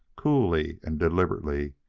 coolly and deliberately,